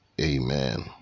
Amen